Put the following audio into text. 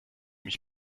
mich